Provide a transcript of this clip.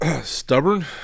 Stubborn